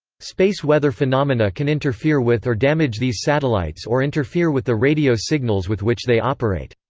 space weather phenomena can interfere with or damage these satellites or interfere with the radio signals with which they operate.